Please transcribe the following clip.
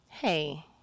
Hey